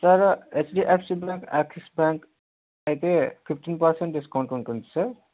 sir HDFC bank Axis bank అయితే fifteen percent discount ఉంటుంది sir